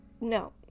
No